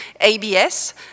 ABS